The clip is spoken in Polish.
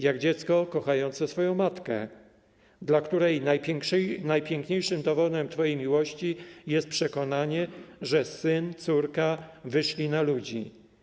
Jak dziecko kochające swoją matkę, dla której najpiękniejszym dowodem twojej miłości jest przekonanie, że syn, córka wyszli na ludzi.